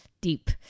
deep